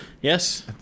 Yes